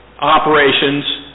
operations